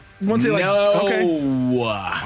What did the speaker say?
No